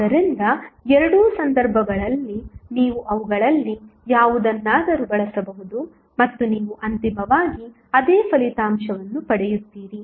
ಆದ್ದರಿಂದ ಎರಡೂ ಸಂದರ್ಭಗಳಲ್ಲಿ ನೀವು ಅವುಗಳಲ್ಲಿ ಯಾವುದನ್ನಾದರೂ ಬಳಸಬಹುದು ಮತ್ತು ನೀವು ಅಂತಿಮವಾಗಿ ಅದೇ ಫಲಿತಾಂಶವನ್ನು ಪಡೆಯುತ್ತೀರಿ